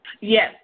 Yes